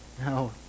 no